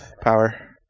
power